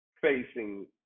facing